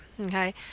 okay